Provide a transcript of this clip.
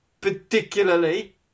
particularly